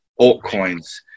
altcoins